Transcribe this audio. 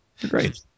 Great